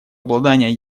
обладание